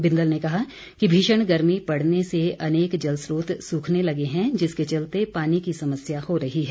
बिंदल ने कहा कि भीषण गर्मी पड़ने से अनेक जलस्रोत सूखने लगे हैं जिसके चलते पानी की समस्या हो रही है